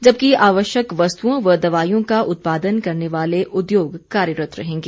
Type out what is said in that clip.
जबकि आवश्यक वस्तुओं व दवाइयों का उत्पादन करने वाले उद्योग कार्यरत रहेंगे